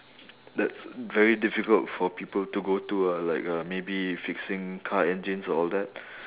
that's very difficult for people to go to ah like uh maybe fixing car engines all that